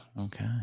Okay